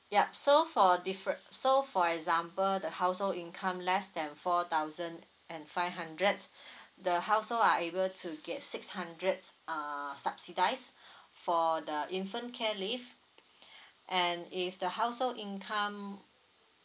yup so for differe~ so for example the household income less than four thousand and five hundred the household are able to get six hundred uh subsidise for the infant care leave and if the household income